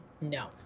no